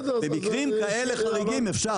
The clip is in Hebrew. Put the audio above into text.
במקרים כאלה חריגים אפשר.